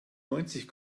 neunzig